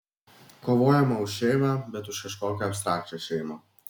kovojama už šeimą bet už kažkokią abstrakčią šeimą